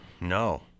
No